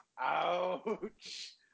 Ouch